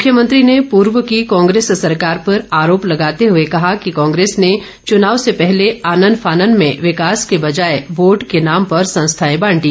मुख्यमंत्री ने पूर्व की कोंग्रेस सरकार पर आरोप लगाते हए कहा कि कांग्रेस ने चुनाव से पहले आनन फानन में विकास के बजाय वोट के नाम पर संस्थाएं बांटी